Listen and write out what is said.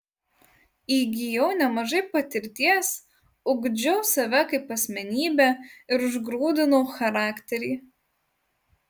įgijau nemažai patirties ugdžiau save kaip asmenybę ir užgrūdinau charakterį